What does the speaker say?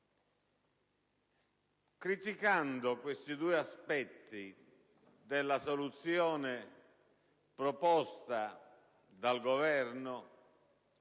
Criticando questi due aspetti della soluzione proposta dal Governo,